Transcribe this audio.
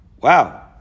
Wow